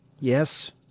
Yes